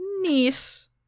Niece